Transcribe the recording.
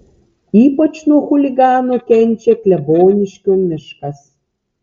ypač nuo chuliganų kenčia kleboniškio miškas